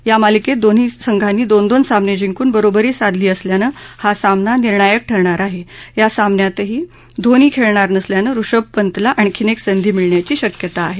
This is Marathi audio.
या मालिकेत दोन्ही संघांनी दोन दोन सामने जिंकून बरोबरी साधली असल्यानं हा सामना निर्णायक ठरणार आहे या सामन्यातही धोनी खेळणार नसल्यानं ऋषभ पंतला आणखी एक संधी मिळण्याची शक्यता आहे